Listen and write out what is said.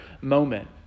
moment